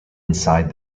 inside